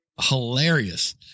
hilarious